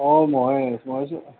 অঁ মই মই